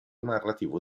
narrativo